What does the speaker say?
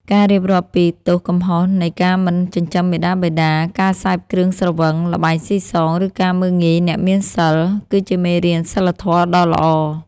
ការរៀបរាប់ពីទោសកំហុសនៃការមិនចិញ្ចឹមមាតាបិតា ការសេពគ្រឿងស្រវឹង ល្បែងស៊ីសង ឬការមើលងាយអ្នកមានសីល គឺជាមេរៀនសីលធម៌ដ៏ល្អ។